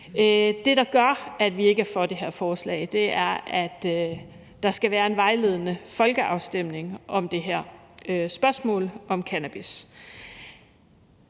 Det, der gør, at vi ikke er for det her forslag, er, at der skal være en vejledende folkeafstemning om det her spørgsmål om cannabis.